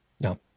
no